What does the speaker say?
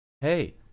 Hey